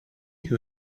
who